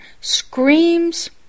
screams